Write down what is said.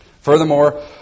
Furthermore